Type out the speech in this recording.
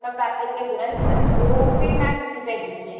में पैसे भेजने न ते में ओह् भी में तुसें ई भेजनी ऐं